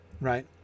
right